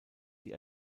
die